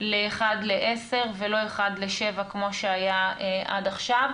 לאחד לעשר, ולא אחד לשבע כמו שהיה עד עכשיו.